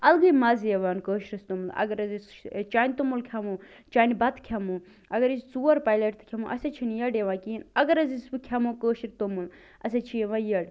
الگٕے مزٕ یِوان کٲشرِس توٚملس اگر حظ أسۍ چٔنٛدۍ توٚمُل کھیٚمو چٔنٛدۍ بتہٕ کھیٚمو اگر أسۍ ژور پلیٹ تہِ کھیٚمو اسہِ حظ چھَنہٕ یٔڈ یِوان کِہیٖنۍ اگر حظ أسۍ وۄنۍ کھیٚمو کٲشُر توٚمُل اسہِ حظ چھِ یِوان یٔڈ